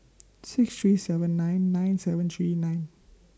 six three seven nine nine seven three nine